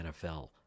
nfl